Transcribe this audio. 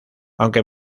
aunque